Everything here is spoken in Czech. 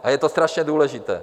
A je to strašně důležité.